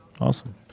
Awesome